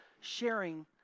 sharing